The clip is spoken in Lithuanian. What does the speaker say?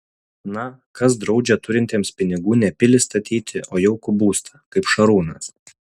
na kas draudžia turintiems pinigų ne pilį statyti o jaukų būstą kaip šarūnas